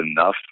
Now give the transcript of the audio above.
enough